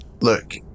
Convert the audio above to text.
look